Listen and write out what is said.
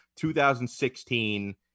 2016